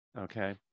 okay